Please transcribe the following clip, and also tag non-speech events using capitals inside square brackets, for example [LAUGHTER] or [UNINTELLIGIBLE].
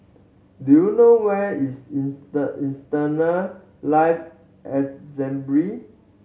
do you know where is [UNINTELLIGIBLE] Eternal Life [UNINTELLIGIBLE]